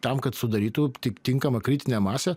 tam kad sudarytų tinkamą kritinę masę